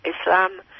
Islam